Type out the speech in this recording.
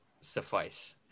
suffice